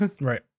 Right